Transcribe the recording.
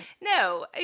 No